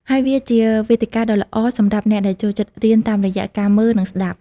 ហើយវាជាវេទិកាដ៏ល្អសម្រាប់អ្នកដែលចូលចិត្តរៀនតាមរយៈការមើល និងស្តាប់។